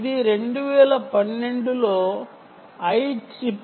ఇది 2012 లో IEEE ప్రచురించబడినది